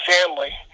family